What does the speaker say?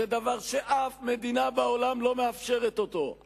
זה דבר שאף מדינה בעולם לא מאפשרת אותו,